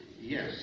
yes